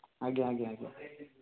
ଆଜ୍ଞା ଆଜ୍ଞା ଆଜ୍ଞା